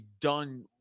done